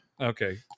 Okay